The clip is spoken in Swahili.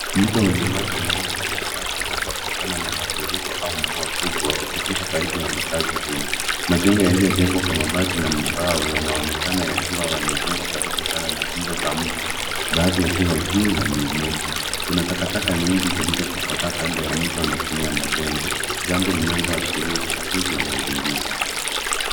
Mto wenye maji mengi na machafu labda kutoka na mafuriko au mvua kubwa ukipita karibu na makazi duni. Majengo yaliyojengwa kwa mabati na mbao yanaonekana yakiwa yamejengwa karibu sana na kingo za mto, baadhi yakiwa juu ya miinuko. Kuna takataka nyingi zilizotapakaa kando ya mto na chini ya majengo, jambo linaloashiria uchafuzi wa mazingira.